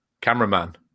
Cameraman